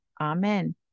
amen